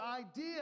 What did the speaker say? idea